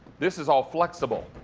this is all flexible.